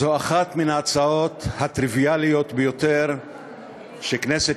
זו אחת מן ההצעות הטריוויאליות ביותר שכנסת